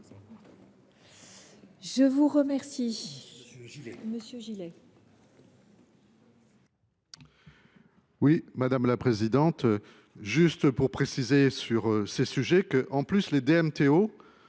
je vous remercie